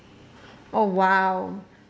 oh !wow!